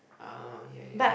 ah ya ya